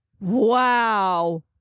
Wow